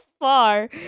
far